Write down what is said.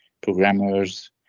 programmers